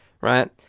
right